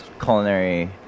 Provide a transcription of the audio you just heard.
culinary